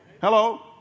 Hello